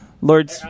Lord